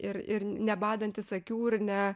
ir ir nebadantis akių ir ne